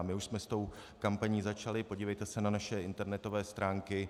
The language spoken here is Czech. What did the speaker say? My už jsme s tou kampaní začali, podívejte se na naše internetové stránky.